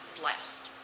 blessed